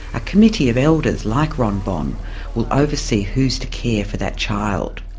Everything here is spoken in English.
a committee of elders like ron bon will oversee who's to care for that child.